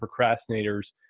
procrastinators